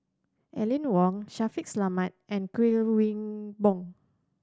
Aline Wong Shaffiq Selamat and Kuik Swee Boon